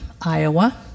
Iowa